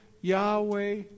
Yahweh